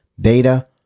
Data